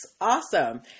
awesome